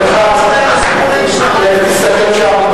התשס"ח 2008,